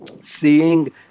seeing